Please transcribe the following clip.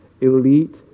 elite